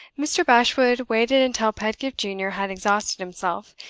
mr. bashwood waited until pedgift junior had exhausted himself,